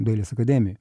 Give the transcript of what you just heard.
dailės akademijoj